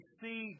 see